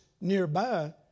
nearby